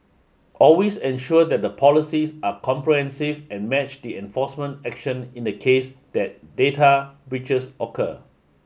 always ensure that the policies are comprehensive and matched the enforcement action in the case that data breaches occur